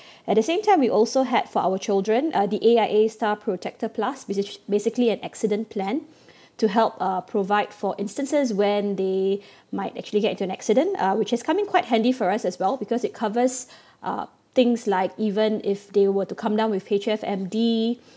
at the same time we also had for our children uh the A_I_A star protector plus which is basically an accident plan to help uh provide for instances when they might actually get into an accident uh which has come in quite handy for us as well because it covers uh things like even if they were to come down with H_F_M_D